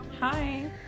Hi